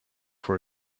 for